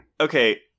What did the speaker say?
Okay